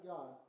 God